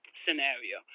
scenario